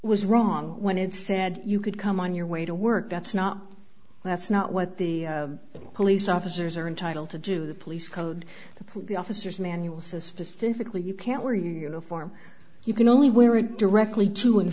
was wrong when it said you could come on your way to work that's not that's not what the police officers are entitled to do the police code the police officers manual says specifically you can't wear uniform you can only wear it directly to and